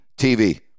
TV